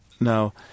Now